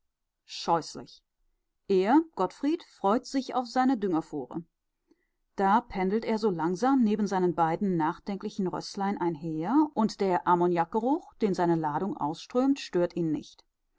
scheußlich er gottfried freut sich auf seine düngerfuhre da pendelt er so langsam neben seinen beiden nachdenklichen rößlein einher und der ammoniakgeruch den seine ladung ausströmt stört ihn nicht